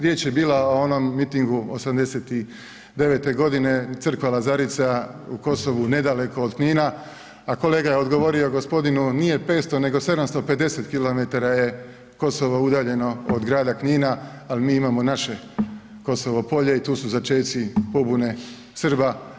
Riječ je bila o onom mitingu '89. godine, crkva Lazarica u Kosovu nedaleko od Knina, a kolega je odgovorio gospodinu nije 500 nego 750 km je Kosovo udaljeno od grada Knina, ali mi imamo naše Kosovo polje i tu su začeci pobune Srba.